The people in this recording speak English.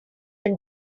been